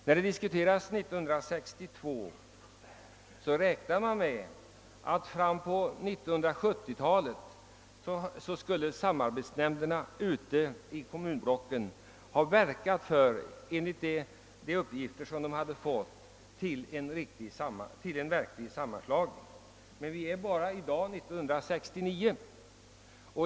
När vi diskuterade denna fråga 1962 räknade man med att samarbetsnämnderna i kommunblocken fram på 1970-talet skulle ha åstadkommit sammanslagningen; i dag skriver vi bara 1969.